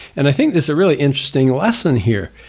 and i think it's a really interesting lesson here.